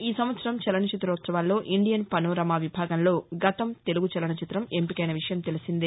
ఈ సంవత్సరం చలనచిత్రోత్సవాల్లో ఇండియన్ పనోరమా విభాగంలో గతం తెలుగు చలనచిత్రం ఎంపికైన విషయం తెలిసిందే